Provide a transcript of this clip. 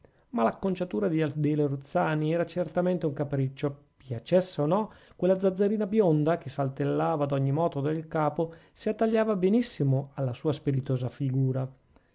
ma l'acconciatura di adele ruzzani era certamente un capriccio piacesse o no quella zazzerina bionda che saltellava ad ogni moto del capo si attagliava benissimo alla sua spiritosa figura